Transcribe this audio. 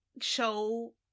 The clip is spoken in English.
show